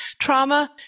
trauma